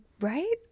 Right